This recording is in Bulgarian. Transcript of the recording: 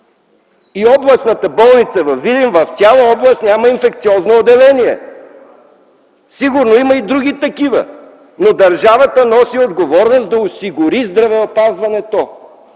в областната болница във Видин, в цяла област, няма инфекциозно отделение. Сигурно има и други такива, но държавата носи отговорност за това да осигури здравеопазването.